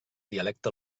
dialecte